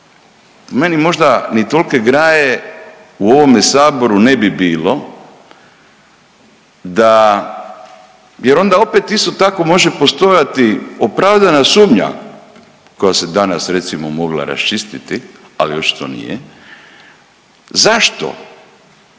Meni možda ni tolke graje u ovome saboru ne bi bilo da, jer onda isto tako može postojati opravdana sumnja koja se danas recimo mogla raščistiti, ali očito nije, zašto